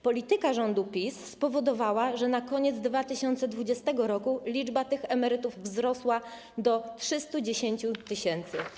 Polityka rządu PiS spowodowała, że pod koniec 2020 r. liczba takich emerytów wzrosła do 310 tys.